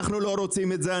אנחנו לא רוצים את זה,